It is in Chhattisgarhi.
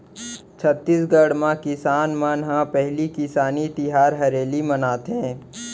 छत्तीसगढ़ म किसान मन ह पहिली किसानी तिहार हरेली मनाथे